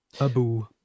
Abu